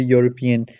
European